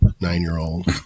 nine-year-old